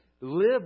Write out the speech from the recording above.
live